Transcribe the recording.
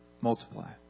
multiply